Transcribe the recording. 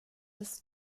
des